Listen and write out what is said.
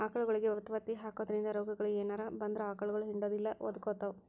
ಆಕಳಗೊಳಿಗೆ ವತವತಿ ಹಾಕೋದ್ರಿಂದ ರೋಗಗಳು ಏನರ ಬಂದ್ರ ಆಕಳಗೊಳ ಹಿಂಡುದಿಲ್ಲ ಒದಕೊತಾವ